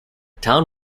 town